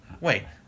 Wait